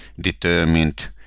determined